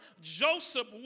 Joseph